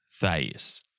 Thais